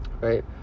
right